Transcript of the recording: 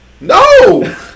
No